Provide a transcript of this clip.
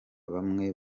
bamwe